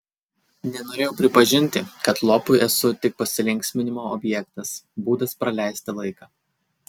nenorėjau pripažinti kad lopui esu tik pasilinksminimo objektas būdas praleisti laiką